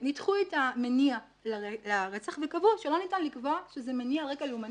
ניתחו את המניע לרצח וקבעו שלא ניתן לקבוע שזה מניע על רקע לאומני.